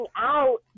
out